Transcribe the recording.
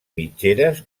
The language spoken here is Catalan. mitgeres